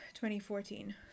2014